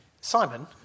Simon